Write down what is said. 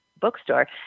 bookstore